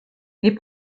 les